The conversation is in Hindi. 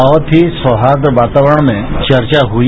बहुत ही सौहार्द वातावरण मेंचर्चा हुई